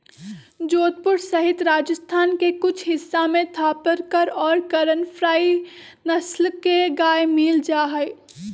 जोधपुर सहित राजस्थान के कुछ हिस्सा में थापरकर और करन फ्राइ नस्ल के गाय मील जाहई